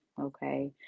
okay